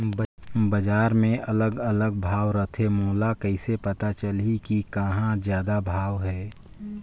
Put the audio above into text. बजार मे अलग अलग भाव रथे, मोला कइसे पता चलही कि कहां जादा भाव हे?